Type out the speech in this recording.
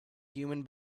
human